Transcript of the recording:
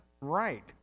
right